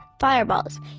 fireballs